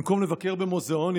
במקום לבקר במוזיאונים?